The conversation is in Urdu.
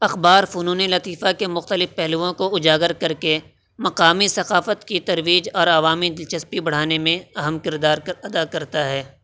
اخبار فنونِ لطیفہ کے مختلف پہلوؤں کو اجاگر کر کے مقامی ثقافت کی ترویج اور عوامی دلچسپی بڑھانے میں اہم کردار ادا کرتا ہے